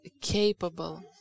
capable